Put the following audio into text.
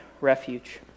refuge